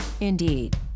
Indeed